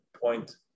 point